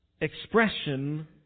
expression